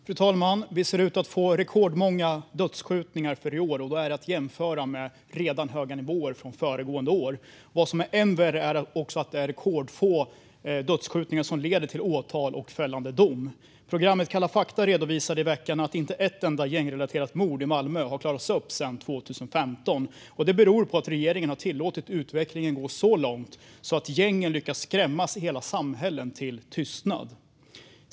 Fru talman! Det ser ut att bli rekordmånga dödsskjutningar i år. Det är att jämföra med redan höga nivåer från föregående år. Vad som är än värre är att det är rekordfå dödskjutningar som leder till åtal och fällande dom. Programmet Kalla fakta redovisade i veckan att inte ett enda gängrelaterat mord i Malmö har klarats upp sedan 2015. Det beror på att regeringen har tillåtit utvecklingen gå så långt att gängen lyckas skrämma hela samhällen till tystnad.